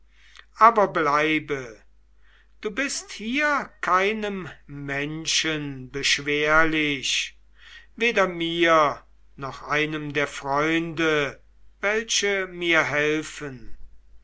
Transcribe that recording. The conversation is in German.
aber bleibe du bist hier keinem menschen beschwerlich weder mir noch einem der freunde welche mir helfen